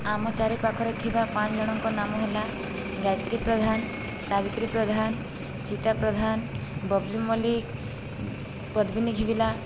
ଆମ ଚାରିପାଖରେ ଥିବା ପାଞ୍ଚଜଣଙ୍କ ନାମ ହେଲା ଗାୟତ୍ରୀ ପ୍ରଧାନ ସାବିତ୍ରୀ ପ୍ରଧାନ ସୀତା ପ୍ରଧାନ ବବ୍ଲି ମଲ୍ଲିକ ପଦ୍ମିନୀ ଘିବିଲା